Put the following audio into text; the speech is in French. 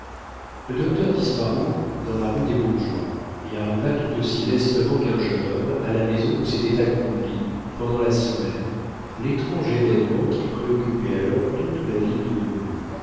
le docteur disparut dans la rue des bourgeois et arriva tout aussi lestement qu'un jeune homme à la maison où s'était accompli pendant la semaine l'étrange événement qui préoccupait alors toute la ville de